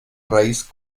raíz